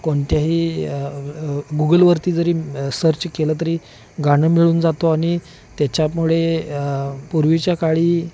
कोणत्याही गुगलवरती जरी सर्च केलं तरी गाणं मिळून जातो आणि त्याच्यामुळे पूर्वीच्या काळी